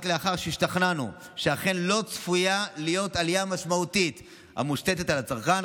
רק לאחר שהשתכנענו שאכן לא צפויה להיות עלייה משמעותית המושתת על הצרכן,